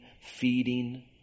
feeding